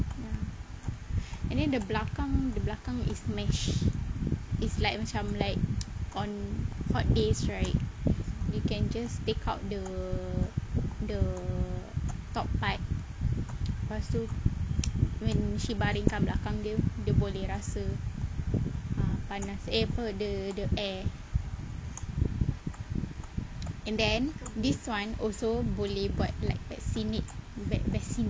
ya and then the belakang the belakang is meshed is like macam like on hot days right you can just take out the the top part lepas tu when she baring kan belakang dia dia boleh rasa ah panas eh apa the air and then this [one] also boleh buat like bassinet ba~ bassinet